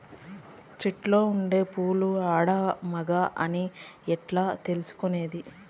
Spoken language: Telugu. చెట్టులో ఉండే పూలు ఆడ, మగ అని ఎట్లా తెలుసుకునేది?